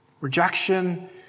Rejection